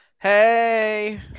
Hey